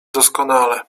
doskonale